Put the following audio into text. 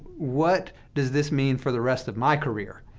what does this mean for the rest of my career?